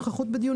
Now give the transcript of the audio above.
נוכחות בדיון,